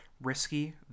risky